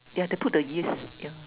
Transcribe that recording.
yeah they put the yeast yeah